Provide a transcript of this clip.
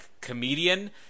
comedian